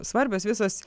svarbios visos